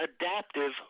adaptive